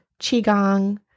qigong